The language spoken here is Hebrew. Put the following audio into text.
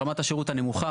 רמת השירות הנמוכה.